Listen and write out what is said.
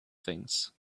things